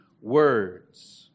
words